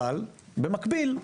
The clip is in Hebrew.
אבל, במקביל,